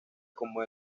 como